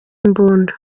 imbunda